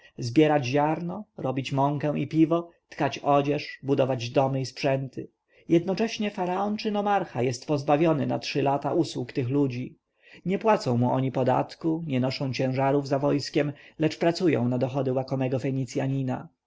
zbierać ziarno robić mąkę i piwo tkać odzież budować domy i sprzęty jednocześnie faraon czy nomarcha jest pozbawiony na trzy lata usług tych ludzi nie płacą mu oni podatku nie noszą ciężarów za wojskiem lecz pracują na dochody łakomego